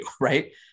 right